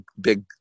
big